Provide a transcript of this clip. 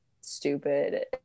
stupid